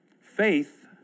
Faith